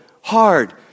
hard